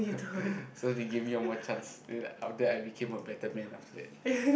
so she give me one more chance then after that I became a better man after that